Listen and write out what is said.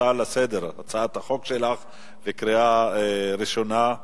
החוק בקריאה ראשונה.